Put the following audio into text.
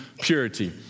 purity